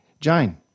Jane